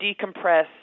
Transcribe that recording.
decompress